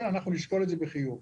כן, אנחנו נשקול את זה בחיוב.